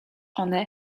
one